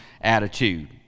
attitude